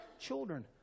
children